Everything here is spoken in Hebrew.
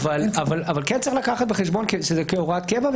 כן צריך לקחת בחשבון שזה כהוראת קבע,